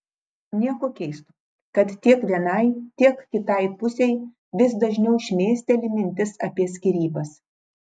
nieko keisto kad tiek vienai tiek kitai pusei vis dažniau šmėsteli mintis apie skyrybas